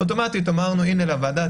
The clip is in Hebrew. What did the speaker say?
ואוטומטית אמרנו לוועדה,